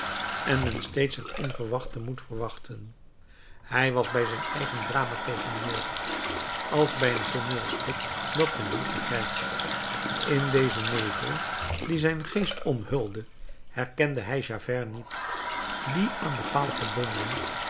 en men steeds het onverwachte moet verwachten hij was bij zijn eigen drama tegenwoordig als bij een tooneelstuk dat men niet begrijpt in dezen nevel die zijn geest omhulde herkende hij javert niet die aan den paal gebonden